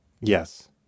Yes